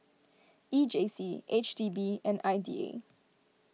E J C H D B and I D A